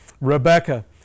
Rebecca